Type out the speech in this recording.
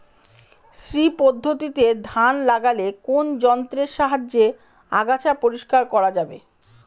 শ্রী পদ্ধতিতে ধান লাগালে কোন যন্ত্রের সাহায্যে আগাছা পরিষ্কার করা যাবে?